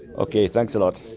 okay, thanks a lot.